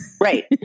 Right